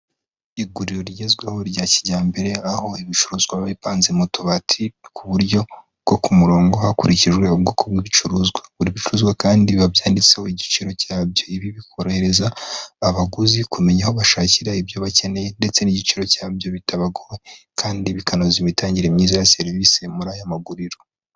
Iguriro rigezweho rya kijyambere, aho ibicuruzwa biba bipanze mu tubati ku buryo bwo ku murongo hakurikijwe ubwoko bw'ibicuruzwa. Buri bicuruzwa kandi babyanditseho igiciro cyabyo. Ibi bikorohereza abaguzi kumenya aho bashakira ibyo bakeneye, ndetse n'igiciro cyabyo bitabagoye, kandi bikanoza imitangire myiza ya serivise muri aya maguriro.